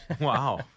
Wow